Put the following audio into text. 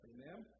Amen